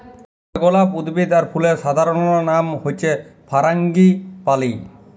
কাঠগলাপ উদ্ভিদ আর ফুলের সাধারণলনাম হচ্যে ফারাঙ্গিপালি